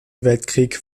weltkrieg